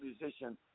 musician